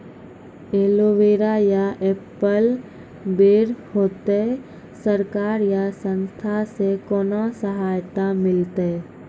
Aloe vera या apple बैर होते? सरकार या संस्था से कोनो सहायता मिलते?